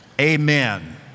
Amen